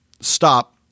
stop